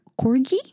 corgi